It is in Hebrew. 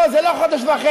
לא, זה לא חודש וחצי.